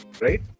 right